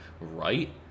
Right